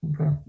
Okay